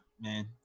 man